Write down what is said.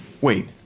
Wait